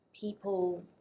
people